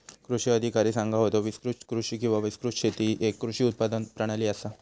कृषी अधिकारी सांगा होतो, विस्तृत कृषी किंवा विस्तृत शेती ही येक कृषी उत्पादन प्रणाली आसा